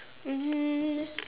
mmhmm